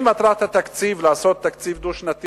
אם מטרת התקציב לעשות תקציב דו-שנתי